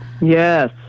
Yes